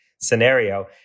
scenario